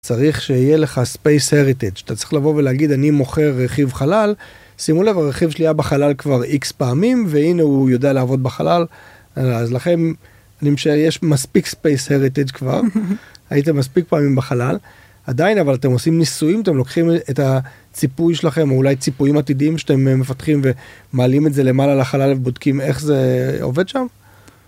צריך שיהיה לך space heritage, אתה צריך לבוא ולהגיד אני מוכר רכיב חלל, שימו לב, הרכיב שלי היה בחלל כבר x פעמים, והנה הוא יודע לעבוד בחלל. אז לכם, אני משער, יש מספיק space heritage כבר, הייתם מספיק פעמים בחלל, עדיין אבל אתם עושים ניסויים אתם לוקחים את הציפוי שלכם אולי ציפויים עתידיים שאתם מפתחים ומעלים את זה למעלה לחלל ובודקים איך זה עובד שם?